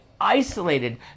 isolated